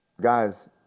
Guys